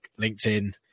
LinkedIn